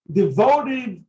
devoted